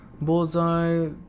Bullseye